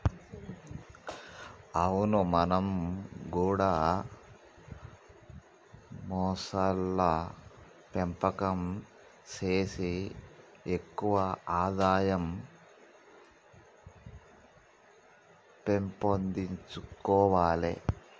అవును మనం గూడా మొసళ్ల పెంపకం సేసి ఎక్కువ ఆదాయం పెంపొందించుకొవాలే